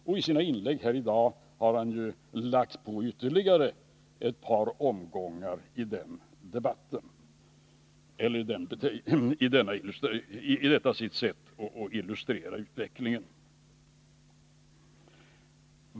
Och i sitt inlägg här i dag har han lagt på ytterligare ett par omgångar i detta sitt sätt att illustrera utvecklingen.